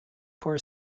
poor